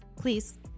please